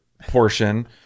portion